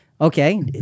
Okay